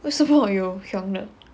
为什么会有 hiong 的